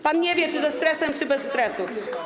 Pan nie wie, czy ze stresem, czy bez stresu.